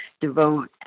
devote